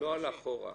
לא אחורה.